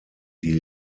die